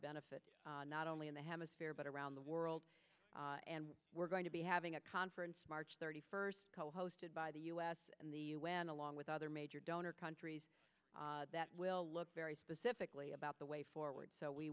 benefit not only in the hemisphere but around the world and we're going to be having a conference march thirty first co hosted by the u s and the u n along with other major donor countries that will look very specifically about the way forward so we